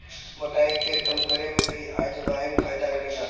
मोटाई के कम करे में भी अजवाईन फायदा करेला